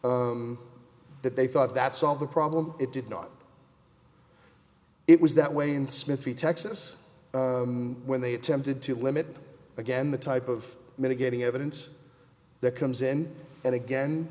that they thought that solve the problem it did not it was that way in smith v texas when they attempted to limit again the type of mitigating evidence that comes in and again